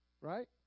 right